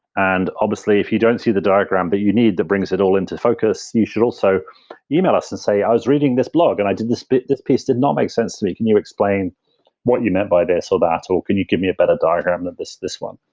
and obviously, if you don't see the diagram, but you need that brings it all into focus, you should also e-mail us and say, i was reading this blog and i did this bit. this piece did not make sense to me. can you explain what you meant by this, or that, or can you give me a better diagram than this this one?